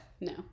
no